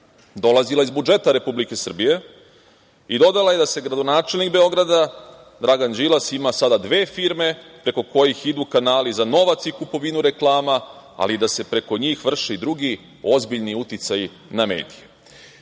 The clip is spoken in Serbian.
dolazila iz budžeta Republike Srbije i dodala da gradonačelnik Beograda Dragan Đilas sada ima dve firme preko kojih idu kanali za novac i kupovinu reklama, ali i da se preko njih vrše i drugi ozbiljni uticaji na